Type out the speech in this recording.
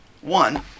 One